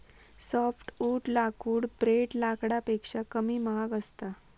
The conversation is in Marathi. सोफ्टवुड लाकूड ब्रेड लाकडापेक्षा कमी महाग असता